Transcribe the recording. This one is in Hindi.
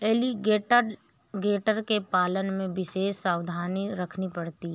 एलीगेटर के पालन में विशेष सावधानी रखनी पड़ती है